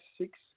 six